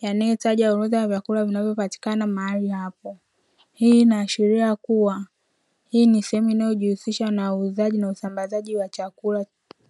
yanayotaja orodha ya vyakula vinavyopatikana mahali hapo. Hii inaashiria kuwa hii ni sehemu inayojihusisha na uuzaji na usambazaji wa chakula.